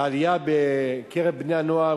והעלייה בקרב בני-הנוער